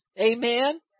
Amen